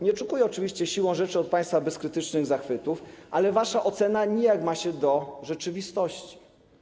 Nie oczekuję oczywiście siłą rzeczy od państwa bezkrytycznych zachwytów, ale wasza ocena nijak ma się do rzeczywistości.